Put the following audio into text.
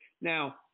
Now